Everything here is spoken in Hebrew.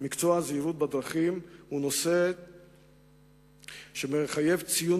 נושא הזהירות בדרכים הוא מקצוע שמחייב ציון